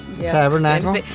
Tabernacle